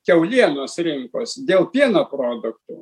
kiaulienos rinkos dėl pieno produktų